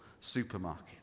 supermarket